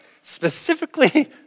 Specifically